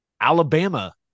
Alabama